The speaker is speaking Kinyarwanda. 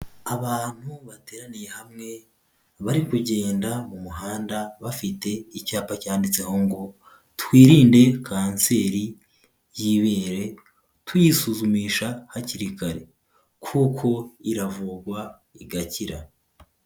Abantu bateraniye hamwe, bari kugenda mu muhanda bafite icyapa cyanditseho ngo "twirinde kanseri y'ibere, tuyisuzumisha hakiri kare, kuko iravugwa igakira".